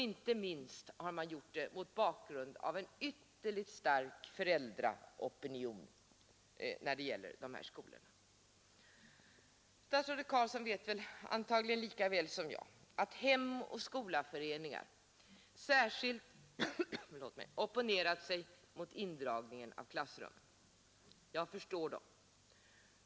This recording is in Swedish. Det har man gjort inte minst mot bakgrund av en synnerligen stark föräldraopinion beträffande de här skolorna. Statsrådet Carlsson vet antagligen lika väl som jag att Hem och skolaföreningar och föräldrar särskilt opponerat sig mot indragningen av klassrum. Jag förstår dem.